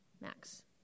Max